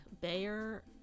Bayer